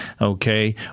okay